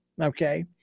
Okay